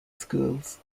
schools